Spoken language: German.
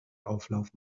auflauf